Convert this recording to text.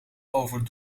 over